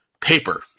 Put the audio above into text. paper